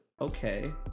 Okay